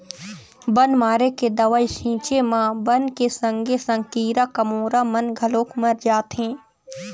बन मारे के दवई छिंचे म बन के संगे संग कीरा कमोरा मन घलोक मर जाथें